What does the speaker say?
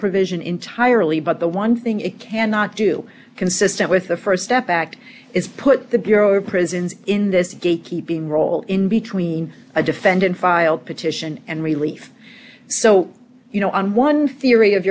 provision entirely but the one thing it cannot do consistent with the st step act is put the bureau of prisons in this day keeping role in between a defendant file petition and relief so you know on one theory of